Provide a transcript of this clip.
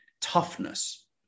toughness